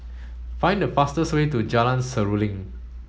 find the fastest way to Jalan Seruling